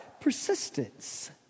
persistence